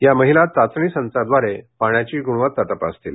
या महिला चाचणी संचाद्वारे पाण्याची गुणवत्ता तपासतील